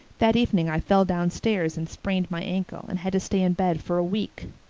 that evening i fell downstairs and sprained my ankle and had to stay in bed for a week.